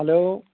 hello